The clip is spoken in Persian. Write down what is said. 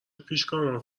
پیشگامان